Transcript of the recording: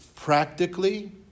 Practically